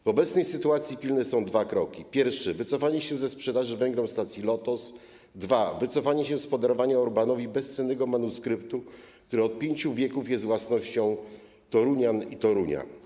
W obecnej sytuacji pilne do wykonania są dwa kroki: po pierwsze, wycofanie się ze sprzedaży Węgrom stacji Lotos, po drugie, wycofanie się z podarowania Orbánowi bezcennego manuskryptu, który od pięciu wieków jest własnością torunian i Torunia.